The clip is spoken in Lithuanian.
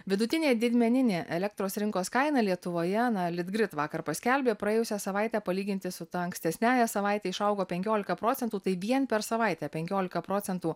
vidutinė didmeninė elektros rinkos kaina lietuvoje nalitgrid vakar paskelbė praėjusią savaitę palyginti su ta ankstesniąja savaite išaugo penkiolika procentų tai vien per savaitę penkiolika procentų